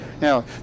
now